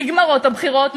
נגמרות הבחירות,